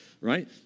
right